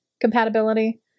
compatibility